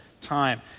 time